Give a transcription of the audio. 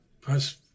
press